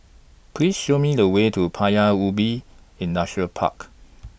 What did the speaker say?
Please Show Me The Way to Paya Ubi Industrial Park